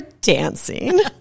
dancing